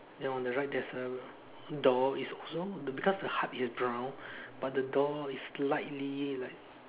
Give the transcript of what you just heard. then on the right there's a door is also because the heart is brown but the door is slightly like